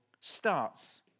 starts